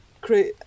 create